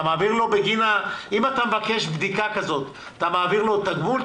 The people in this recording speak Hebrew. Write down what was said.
אם אתה מבקש בדיקה כזאת, אתה מעביר תגמול?